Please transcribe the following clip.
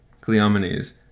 Cleomenes